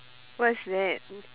what's that